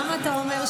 למה אתה אומר,